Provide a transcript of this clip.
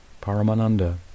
paramananda